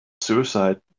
suicide